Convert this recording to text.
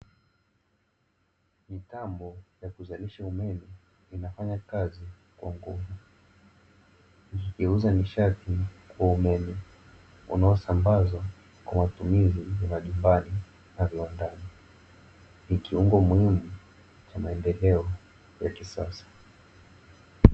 Mitambo ya kuzalisha umeme inafanya kazi kwa nguvu, ikigeuza nishati kuwa umeme unaosambazwa kwa matumizi ya majumbani na viwandani, ni kiungo muhimu cha maendeleo ya kisasa.